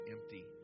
empty